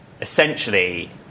Essentially